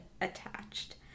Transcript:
attached